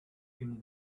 him